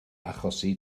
achosi